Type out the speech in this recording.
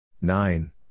Nine